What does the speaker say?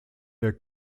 der